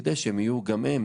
כדי שיהיו גם הם,